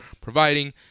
providing